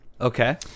Okay